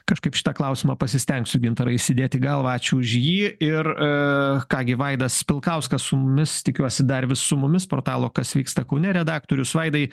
kažkaip šitą klausimą pasistengsiu gintarai įsidėt į galvą ačiū už jį ir a ką gi vaidas pilkauskas su mumis tikiuosi dar vis su mumis portalo kas vyksta kaune redaktorius vaidai